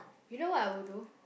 you know what I will do